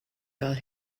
fel